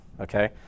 Okay